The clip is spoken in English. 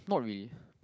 not really